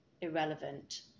irrelevant